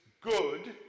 good